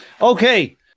Okay